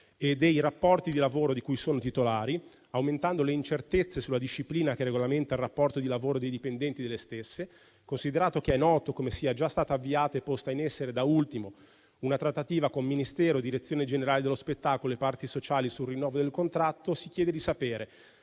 e dei rapporti di lavoro di cui sono titolari, aumentando le incertezze sulla disciplina che regolamenta il rapporto di lavoro dei dipendenti; considerato che è noto come sia stata avviata e posta in essere, da ultimo, una trattativa con Ministero, direzione generale dello spettacolo e parti sociali sul rinnovo del contratto, si chiede di sapere: